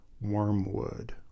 Wormwood